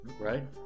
Right